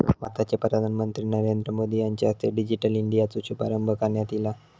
भारताचे पंतप्रधान नरेंद्र मोदी यांच्या हस्ते डिजिटल इंडियाचो शुभारंभ करण्यात ईला